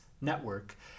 network